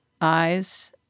eyes